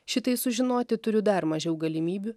šitai sužinoti turiu dar mažiau galimybių